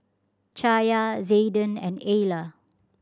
Chaya Zaiden and Ayla